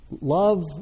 love